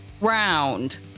round